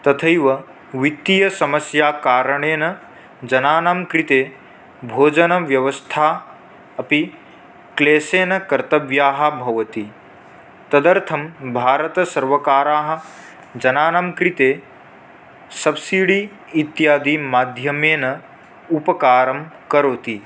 तथैव वित्तीयसमस्याकारणेन जनानां कृते भोजनव्यवस्था अपि क्लेशेन कर्तव्या भवति तदर्थं भारतसर्वकारः जनानां कृते सब्सिडि इत्यादिमाध्यमेन उपकारं करोति